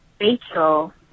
Rachel